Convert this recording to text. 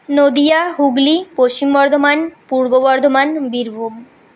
Nadia Hooghly Paschim Bardhaman Purba Bardhaman Birbhum